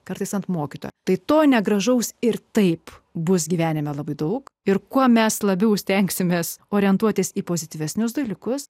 kartais ant mokyto tai to negražaus ir taip bus gyvenime labai daug ir kuo mes labiau stengsimės orientuotis į pozityvesnius dalykus